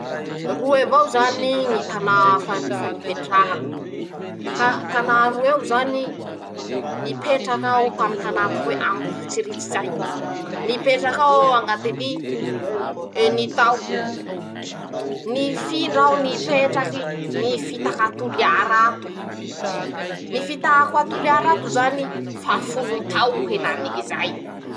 <...>Roe avao zany ñy tanà fa fa nipetrahako, ka tanà roe io zany ñy: -Nipetraky aho tamy tanà atao hoe :"Ambovotsiritsy "zay, nipetrak'ao aho añatin'ny, eny tao; nifindra aho nipetraky, nifitaky a Toliara ato, nifitahako a Toliara ato zany, fa folo tao henanik'izany.